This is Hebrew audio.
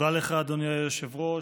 תודה לך, אדוני היושב-ראש.